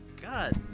God